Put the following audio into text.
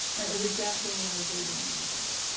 and it was exactly when i was daydreaming about it!